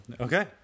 Okay